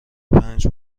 پنج